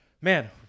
man